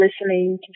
listening